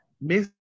Miss